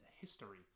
history